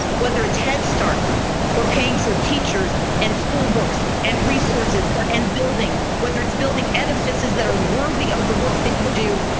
whether it's headstart or paying for teachers and school books and resources and buildings. whether it's building edifices that are worthy of of the work that you do,